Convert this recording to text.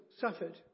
suffered